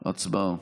הצבעה.